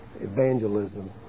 evangelism